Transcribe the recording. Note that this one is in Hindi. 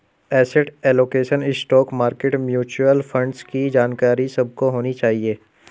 asset allocation, stock market, mutual fund की जानकारी सबको होनी चाहिए